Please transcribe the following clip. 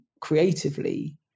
creatively